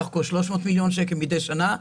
סך הכול 300 מיליון שקלים מדי שנה.